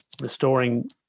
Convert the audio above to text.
restoring